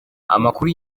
amakuru